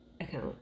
account